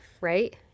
Right